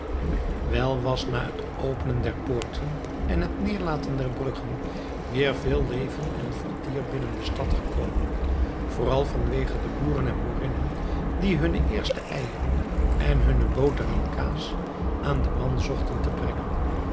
wel was na het openen der poorten en het neerlaten der bruggen weer veel leven en vertier binnen de stad gekomen vooral vanwege de boeren en boerinnen die hunne eerste eieren en hunne boter en kaas aan den man zochten te brengen